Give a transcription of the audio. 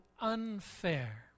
unfair